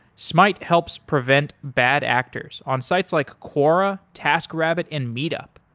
smyte helps prevent bad actor on sites like quora, task rabbit and meet up.